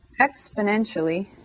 exponentially